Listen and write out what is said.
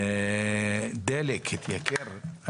דלק התייקר.